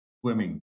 swimming